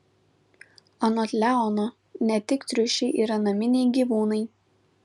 anot leono ne tik triušiai yra naminiai gyvūnai